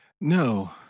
No